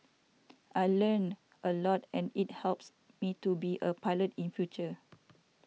I learnt a lot and it helps me to be a pilot in future